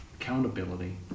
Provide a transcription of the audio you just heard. accountability